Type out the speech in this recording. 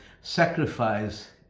sacrifice